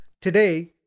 Today